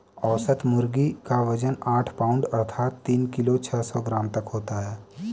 औसत मुर्गी क वजन आठ पाउण्ड अर्थात तीन किलो छः सौ ग्राम तक होता है